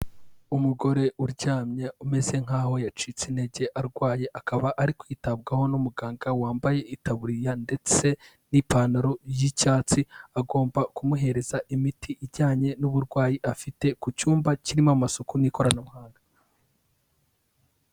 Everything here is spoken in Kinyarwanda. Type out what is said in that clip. Umugore uryamye umeze nk'aho yacitse intege arwaye, akaba ari kwitabwaho n'umuganga wambaye itaburiya ndetse n'ipantaro y'icyatsi, agomba kumuhereza imiti ijyanye n'uburwayi afite, ku cyumba kirimo amasuku n'ikoranabuhanga.